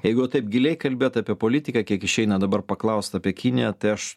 jeigu jau taip giliai kalbėt apie politiką kiek išeina dabar paklaust apie kiniją tai aš